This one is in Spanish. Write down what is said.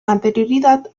anterioridad